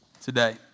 today